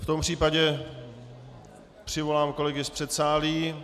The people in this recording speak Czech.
V tom případě přivolám kolegy z předsálí.